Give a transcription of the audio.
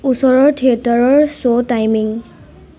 ওচৰৰ থিয়েটাৰৰ show timing